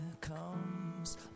comes